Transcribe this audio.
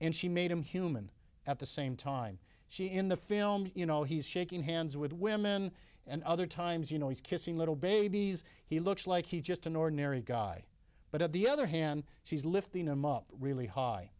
and she made him human at the same time she in the film you know he's shaking hands with women and other times you know he's kissing little babies he looks like he just an ordinary guy but at the other hand she's lifting him up really high